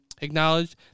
acknowledged